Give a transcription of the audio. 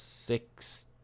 six